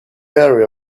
area